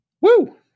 Woo